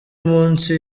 munsi